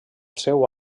seu